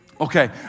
Okay